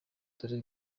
dore